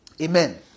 Amen